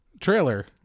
Trailer